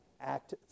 Act